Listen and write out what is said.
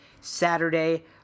Saturday